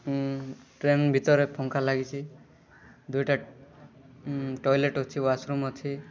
ଉଁ ଟ୍ରେନ୍ ଭିତରେ ପଙ୍ଖା ଲାଗିଛି ଦୁଇଟା ଉଁ ଟଏଲେଟ୍ ଅଛି ୱାସରୁମ୍ ଅଛି